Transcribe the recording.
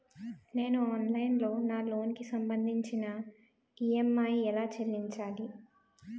నేను ఆన్లైన్ లో నా లోన్ కి సంభందించి ఈ.ఎం.ఐ ఎలా చెల్లించాలి?